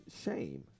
shame